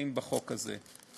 נכנסים בחוק הזה.